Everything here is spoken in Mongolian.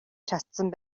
чадсан